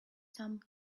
some